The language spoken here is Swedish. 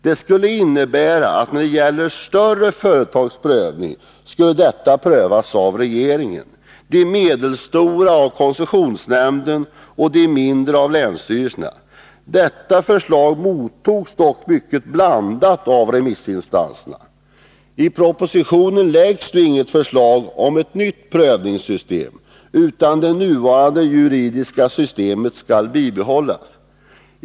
Detta skulle innebära att tillstånd för de större företagen skulle prövas av regeringen, för de medelstora av koncessionsnämnden och för de mindre av länsstyrelserna. Detta förslag mottogs med mycket blandade reaktioner av remissinstanserna. I propositionen framläggs inget förslag om ett nytt prövningssystem, utan det nuvarande juridiska systemet skall bibehållas.